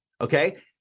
Okay